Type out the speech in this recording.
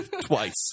Twice